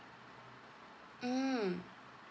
mm